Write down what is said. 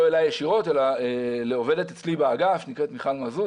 לא אלי ישירות אלא לעובדת אצלי באגף שקוראים לה מיכל מזוז